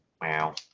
wow